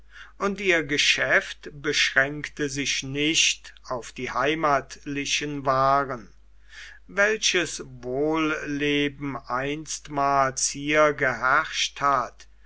und ihr geschäft beschränkte sich nicht auf die heimatlichen waaren welches wohlleben einstmals hier geherrscht hat